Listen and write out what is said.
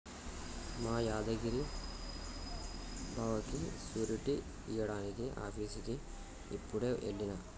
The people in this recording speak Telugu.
మా యాదగిరి బావకి సూరిటీ ఇయ్యడానికి ఆఫీసుకి యిప్పుడే ఎల్లిన